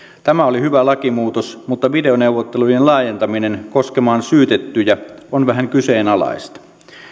tämä oli hyvä lakimuutos mutta videoneuvottelujen laajentaminen koskemaan syytettyjä on vähän kyseenalaista